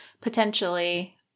potentially